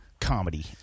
comedy